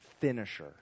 finisher